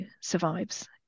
survives